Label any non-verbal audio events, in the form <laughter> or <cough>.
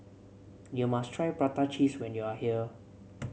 <noise> you must try Prata Cheese when you are here